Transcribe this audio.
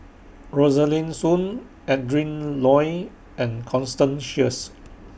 Rosaline Soon Adrin Loi and Constance Sheares